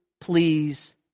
please